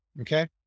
Okay